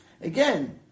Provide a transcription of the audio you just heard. again